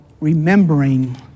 remembering